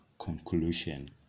Conclusion